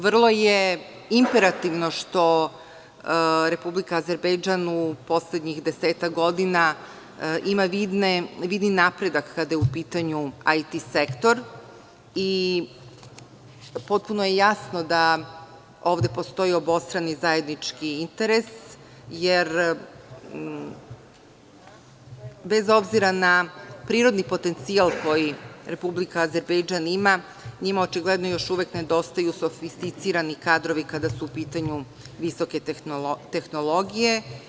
Vrlo je imperativno što Republika Azerbejdžan u poslednjih desetak godina ima vidni napredak kada je u pitanju IT sektor i potpuno je jasno da ovde postoji obostrani zajednički interes, jer bez obzira na prirodni potencijal koji Republika Azerbejdžan ima, njima očigledno još uvek nedostaju sofisticirani kadrovi kada su u pitanju visoke tehnologije.